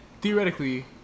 theoretically